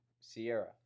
Sierra